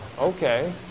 okay